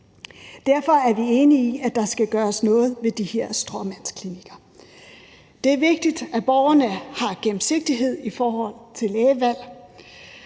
Derfor er vi enige i, at der skal gøres noget ved de her stråmandsklinikker. Det er vigtigt, at der for borgerne er gennemsigtighed i forhold til lægevalg,